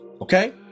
Okay